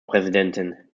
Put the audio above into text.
präsidentin